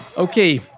Okay